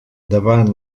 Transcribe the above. davant